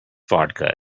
vodka